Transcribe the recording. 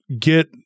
get